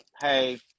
hey